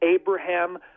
Abraham